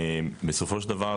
בסופו של דבר